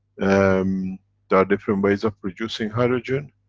um there are different ways of producing hydrogen.